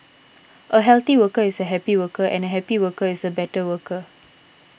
a healthy worker is a happy worker and a happy worker is a better worker